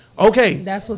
Okay